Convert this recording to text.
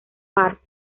park